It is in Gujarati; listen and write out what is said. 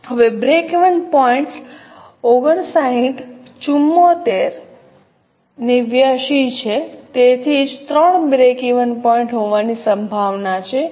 હવે બ્રેકવેન પોઇન્ટ્સ 59 74 89 છે તેથી જ 3 બ્રેકવેન હોવાની સંભાવના છે